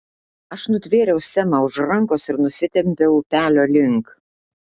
aš nutvėriau semą už rankos ir nusitempiau upelio link